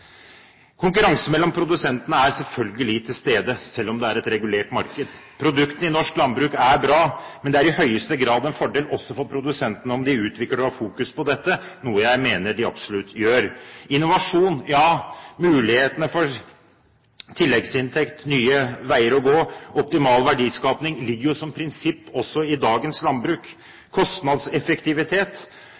Konkurranse mellom produsentene er selvfølgelig til stede, selv om det er et regulert marked. Produktene i norsk landbruk er bra, men det er i høyeste grad en fordel også for produsentene om de utvikler og har fokus på dette, noe jeg mener de absolutt gjør. Innovasjon: Ja, mulighetene for tilleggsinntekt, nye veier å gå, optimal verdiskaping, ligger jo som prinsipp også i dagens landbruk. Kostnadseffektivitet: